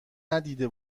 ندیده